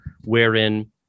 wherein